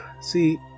see